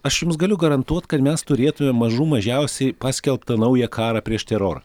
aš jums galiu garantuot kad mes turėtumėm mažų mažiausiai paskelbtą naują karą prieš terorą